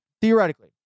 theoretically